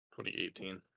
2018